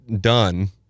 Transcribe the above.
done